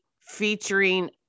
featuring